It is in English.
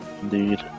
Indeed